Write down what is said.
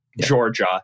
Georgia